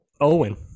Owen